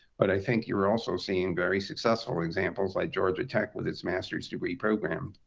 but i think you're also seeing very successful examples, like georgia tech with its master's degree program,